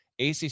ACC